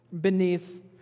beneath